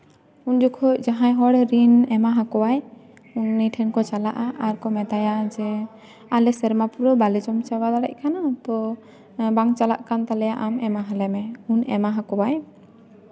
ᱩᱱ ᱡᱚᱠᱷᱚᱡ ᱡᱟᱦᱟᱸᱭ ᱦᱚᱲ ᱨᱤᱱ ᱮᱢᱟ ᱦᱟᱠᱚᱣᱟᱭ ᱩᱱᱤ ᱴᱷᱮᱱ ᱠᱚ ᱪᱟᱞᱟᱜᱼᱟ ᱟᱨ ᱠᱚ ᱢᱮᱛᱟᱭᱟ ᱡᱮ ᱟᱞᱮ ᱥᱮᱨᱢᱟ ᱯᱩᱨᱟᱹᱣ ᱵᱟᱞᱮ ᱡᱚᱢ ᱪᱟᱵᱟ ᱫᱟᱲᱮᱭᱟᱜ ᱠᱟᱱᱟ ᱛᱳ ᱵᱟᱝ ᱪᱟᱞᱟᱜ ᱠᱟᱱ ᱛᱟᱞᱮᱭᱟ ᱟᱢ ᱮᱢᱟ ᱟᱞᱮᱢᱮ ᱩᱱ ᱮᱢᱟ ᱟᱠᱚᱣᱟᱭ